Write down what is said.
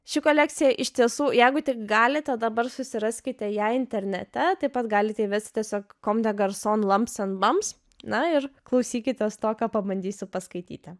ši kolekcija iš tiesų jeigu tik galite dabar susiraskite jei internete taip pat galite įvesti tiesiog kom de garson lams en bams na ir klausykitės tokio pabandysiu paskaityti